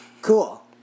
Cool